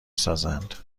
سازند